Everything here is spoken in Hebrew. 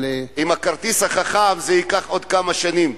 עם הכרטיס החכם זה ייקח עוד כמה שנים.